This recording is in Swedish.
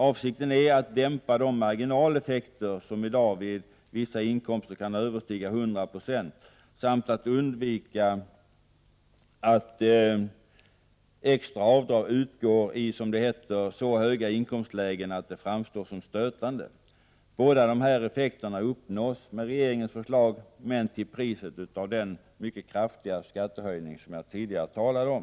Avsikten är att dämpa de marginaleffekter som i dag vid vissa inkomster kan överstiga 100 96 samt att undvika att extra avdrag utgår i, som det heter, så höga inkomstlägen att det framstår som stötande. Båda dessa effekter uppnås med regeringens förslag, men till priset av den mycket kraftiga skattehöjning som jag tidigare talade om.